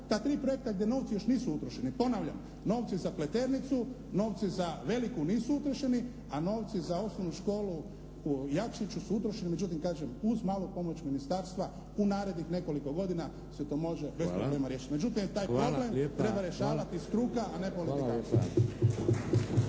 ta tri projekta gdje novci još nisu utrošeni. Ponavljam, novci za Pleternicu, novci za …/Govornik se ne razumije./… nisu utrošeni a novci za osnovnu školu u Jakšiću su utrošeni, međutim kažem uz malu pomoć ministarstva u narednih nekoliko godina se to može bez problema riješiti. Međutim i taj problem … /Upadica: Hvala lijepa./